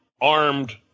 armed